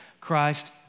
Christ